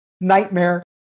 nightmare